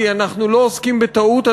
כי אנחנו לא עוסקים בטעות,